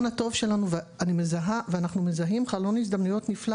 הטוב שלנו ואני מזהה ואנחנו מזהים חלון הזדמנויות נפלא